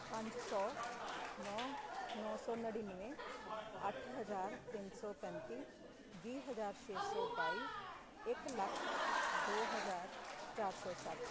ਪੰਜ ਸੌ ਨੌ ਨੌ ਸੌ ਨੜਿਨਵੇਂ ਅੱਠ ਹਜ਼ਾਰ ਤਿੰਨ ਸੌ ਪੈਂਤੀ ਵੀਹ ਹਜ਼ਾਰ ਛੇ ਸੌ ਬਾਈ ਇੱਕ ਲੱਖ ਦੋ ਹਜ਼ਾਰ ਚਾਰ ਸੌ ਸੱਠ